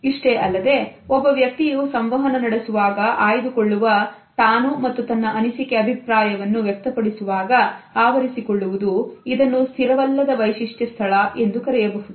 ಇಷ್ಟೇ ಅಲ್ಲದೆ ಒಬ್ಬ ವ್ಯಕ್ತಿಯು ಸಂವಹನ ನಡೆಸುವಾಗ ಆಯ್ದುಕೊಳ್ಳುವ ತಾನು ಮತ್ತು ತನ್ನ ಅನಿಸಿಕೆ ಅಭಿಪ್ರಾಯವನ್ನು ವ್ಯಕ್ತಪಡಿಸುವಾಗ ಆವರಿಸಿಕೊಳ್ಳುವುದು ಇದನ್ನು ಸ್ಥಿರವಲ್ಲದ ವೈಶಿಷ್ಟ್ಯ ಸ್ಥಳ ಎಂದು ಕರೆಯಬಹುದು